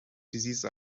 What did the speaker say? disease